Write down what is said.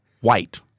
White